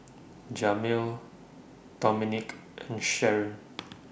Jamil Dominik and Sharron